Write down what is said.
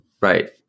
right